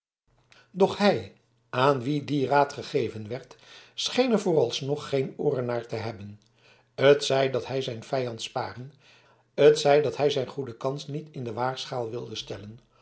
doch hij aan wien die raad gegeven werd scheen er voor alsnog geen ooren naar te hebben t zij dat hij zijn vijand sparen t zij dat hij zijn goede kans niet in de waagschaal wilde stellen